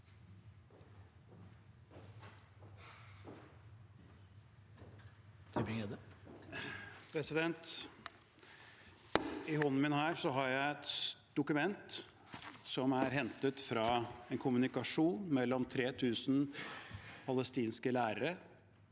I hånd- en min her har jeg et dokument som er hentet fra en kommunikasjon mellom 3 000 palestinske lærere.